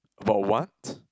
about what